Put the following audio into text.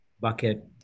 bucket